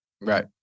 Right